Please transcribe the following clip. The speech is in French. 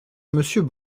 monsieur